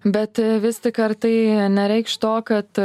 bet vis tik ar tai nereikš to kad